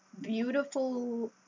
beautiful